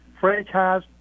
franchise